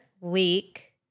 week